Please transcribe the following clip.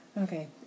Okay